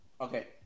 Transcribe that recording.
Okay